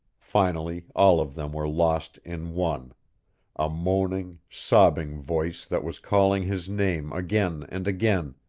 finally all of them were lost in one a moaning, sobbing voice that was calling his name again and again,